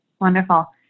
Wonderful